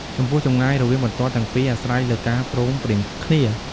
ចំពោះ ចម្ងាយរវាងបន្ទាត់ទាំងពីរអាស្រ័យលើការព្រមព្រៀងគ្នា ។